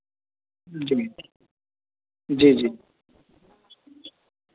जी जी जी